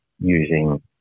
using